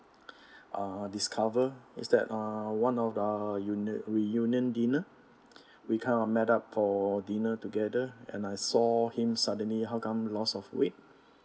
uh discover is that uh one of uh union reunion dinner we kind of met up for dinner together and I saw him suddenly how come loss of weight